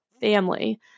family